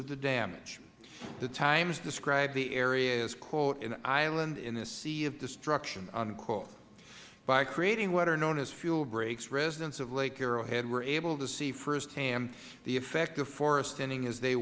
of the damage the times described the area as quote an island in a sea of destruction unquote by creating what are known as fuel breaks residents of lake arrowhead were able to see firsthand the effect of forest thinning as they